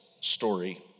story